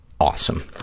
awesome